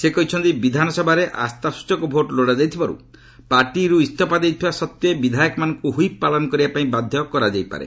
ସେ କହିଛନ୍ତି ବିଧାନସଭାରେ ଆସ୍ଥାସଚକ ଭୋଟ୍ ଲୋଡାଯାଇଥିବାରୁ ପାର୍ଟିରୁ ଇସ୍ତଫା ଦେଇଥିବା ସତ୍ତ୍ୱେ ବିଧାୟକମାନଙ୍କୁ ହୁଇପ୍ ପାଳନ କରିବା ପାଇଁ ବାଧ୍ୟ କରାଯାଇପାରେ